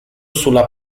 sulla